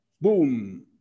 boom